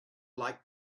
like